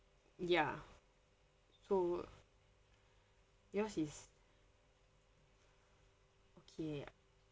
ya so yours is okay